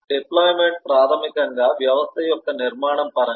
deployment ప్రాథమికంగా వ్యవస్థ యొక్క నిర్మాణం పరంగా